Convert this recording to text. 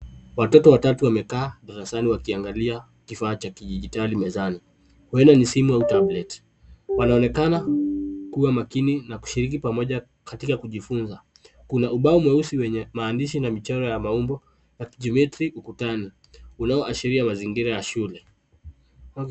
Watoto watatu wamekaa darasani wakiangalia kifaa cha kidijitali mezani. Huenda ni simu au [c] tablet . Wanaonekana kuwa makini na kushiriki pamoja katika kujifunza. Kuna ubao mweusi wenye maandishi na michoro ya maumbo ya kijiometri ukutani unaoashiria mazingira ya shule.